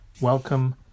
Welcome